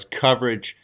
coverage